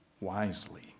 wisely